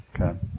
Okay